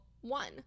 one